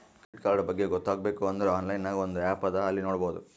credit card ಬಗ್ಗೆ ಗೊತ್ತ ಆಗ್ಬೇಕು ಅಂದುರ್ ಆನ್ಲೈನ್ ನಾಗ್ ಒಂದ್ ಆ್ಯಪ್ ಅದಾ ಅಲ್ಲಿ ನೋಡಬೋದು